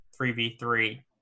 3v3